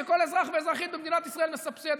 שכל אזרח ואזרחית במדינת ישראל מסבסד.